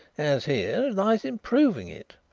as here, lies in proving it.